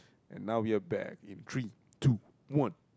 and now we are back in three two one